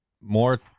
more